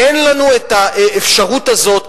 אין לנו את האפשרות הזאת.